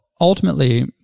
ultimately